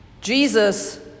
Jesus